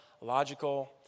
logical